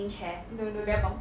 no no no